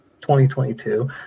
2022